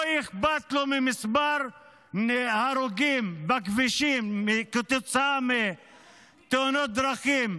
לא אכפת לו ממספר ההרוגים בכבישים כתוצאה מתאונות דרכים.